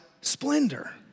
splendor